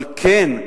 אבל כן,